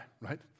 right